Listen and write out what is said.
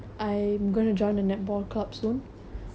seriously you haven't even tell me when